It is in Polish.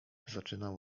zaczynał